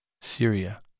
Syria